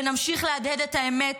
ונמשיך להדהד את האמת